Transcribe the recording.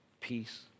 peace